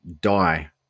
die